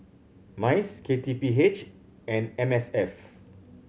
MICE K T P H and M S F